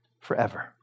forever